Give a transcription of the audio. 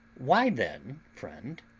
why, then, friend,